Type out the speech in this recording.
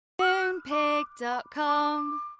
MoonPig.com